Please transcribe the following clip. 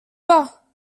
pas